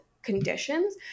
conditions